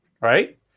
right